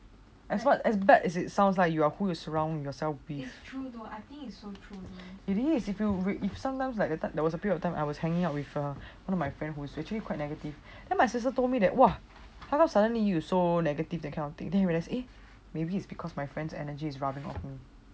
as what as bad as it sounds like you are who you surround yourself it's really is different if sometimes like that there was a period of time I was hanging out with uh one of my friend who is actually quite negative then my sister told me that !wah! how come you suddenly so negative that kind of thing then you realise eh maybe is because my friends energy rubbing on